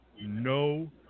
no